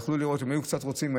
יכלו לראות, אם היו קצת רוצים.